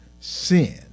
sin